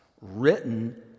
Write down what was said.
written